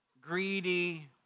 greedy